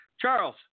Charles